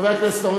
חבר הכנסת,